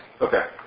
Okay